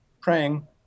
praying